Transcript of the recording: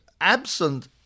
absent